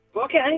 Okay